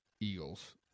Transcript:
Eagles